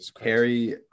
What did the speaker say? Harry